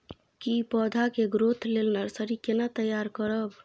की पौधा के ग्रोथ लेल नर्सरी केना तैयार करब?